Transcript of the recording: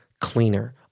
cleaner